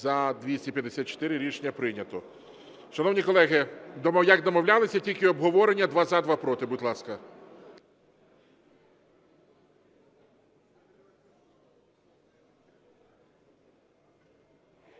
За-254 Рішення прийнято. Шановні колеги, як домовлялися, тільки обговорення: два – за, два – проти, будь ласка.